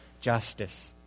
justice